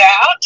out